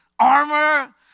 armor